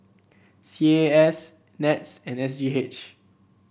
C A A S NETS and S G H